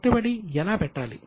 పెట్టుబడి ఎలా పెట్టాలి